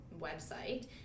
website